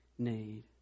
need